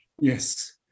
Yes